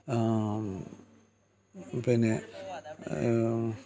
പിന്നെ